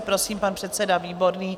Prosím, pan předseda Výborný.